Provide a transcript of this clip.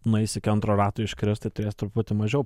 na jis iki antro rato iškris tai turės truputį mažiau